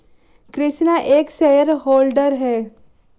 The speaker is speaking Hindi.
कृष्णा एक शेयर होल्डर है